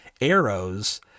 arrows